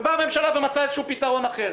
באה הממשלה ומצאה איזה פתרון אחר.